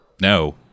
No